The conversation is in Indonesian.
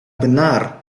benar